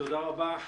תודה רבה.